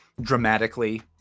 dramatically